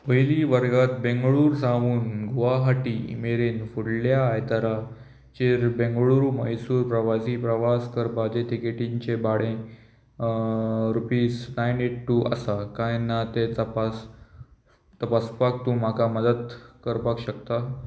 पयलीं वर्गांत बेंगळूर सावन गुवाहाटी मेरेन फुडल्या आयताराचेर बेंगळुरू मैसूर प्रवासी प्रवास करपाचे तिकेटींचे भाडें रुपीज नायन एट टू आसा काय ना तें तपास तपासपाक तूं म्हाका मदत करपाक शकता